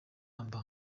amb